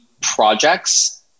projects